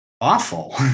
awful